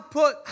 put